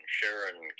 Sharon